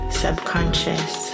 subconscious